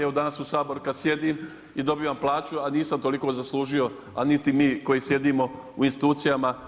Evo danas u Sabor kad sjedim i dobivam plaću a nisam toliko zaslužio a niti mi koji sjedimo u institucijama